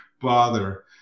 bother